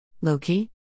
Loki